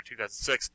2006